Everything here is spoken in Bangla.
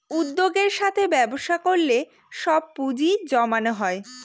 উদ্যোগের সাথে ব্যবসা করলে সব পুজিঁ জমানো হয়